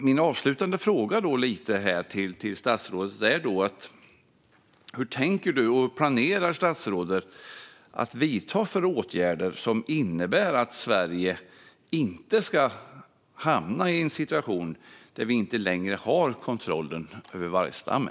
Min avslutande fråga till statsrådet är: Hur tänker statsrådet, och vad planerar statsrådet att vidta för åtgärder för att Sverige inte ska hamna i en situation där vi inte längre har kontrollen över vargstammen?